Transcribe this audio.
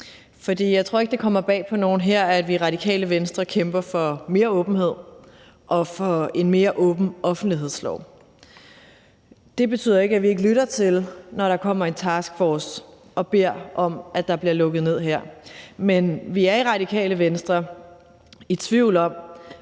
jeg tror ikke, at det kommer bag på nogen her, at vi i Radikale Venstre kæmper for mere åbenhed og for en mere åben offentlighedslov. Det betyder ikke, at vi ikke lytter til det, når der kommer en taskforce og beder om, at der bliver lukket ned her, men vi er i Radikale Venstre i tvivl om,